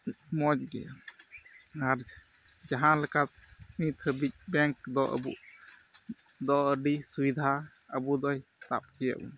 ᱢᱚᱡᱽ ᱜᱮᱭᱟ ᱟᱨ ᱡᱟᱦᱟᱸ ᱞᱮᱠᱟ ᱱᱤᱛ ᱦᱟᱹᱵᱤᱡ ᱵᱮᱝᱠ ᱫᱚ ᱟᱵᱚᱫᱚ ᱟᱹᱰᱤ ᱥᱩᱵᱤᱫᱷᱟ ᱟᱵᱚᱫᱚᱭ